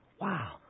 Wow